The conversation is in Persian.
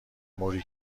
موری